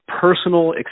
personal